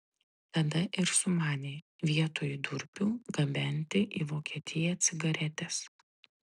tada ir sumanė vietoj durpių gabenti į vokietiją cigaretes